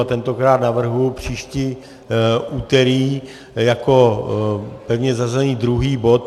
A tentokrát navrhuji příští úterý jako pevně zařazený druhý bod.